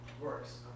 works